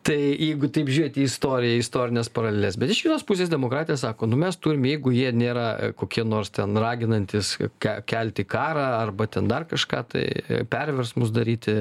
tai jeigu taip žiūrėt į istoriją istorines paraleles bet iš vienos pusės demokratija sako nu mes turim jeigu jie nėra kokie nors ten raginantys ką kelti karą arba ten dar kažką tai perversmus daryti